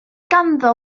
ganddo